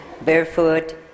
barefoot